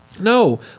No